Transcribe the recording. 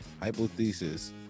Hypothesis